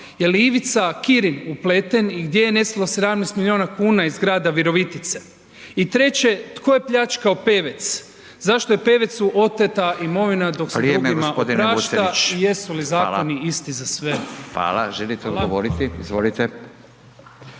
jeli Ivica Kirin upleten i gdje je nestalo 17 milijuna kuna iz grada Virovitice? I treće, tko je pljačkao Pevec, zašto je Pevecu oteta imovina dok se drugima oprašta? Jesu li zakoni isti za sve? Hvala. **Radin, Furio